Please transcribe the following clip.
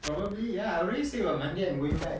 probably ya I already say [what] monday I'm going back